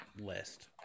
list